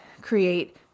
create